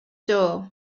door